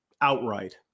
outright